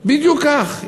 בדיוק כך.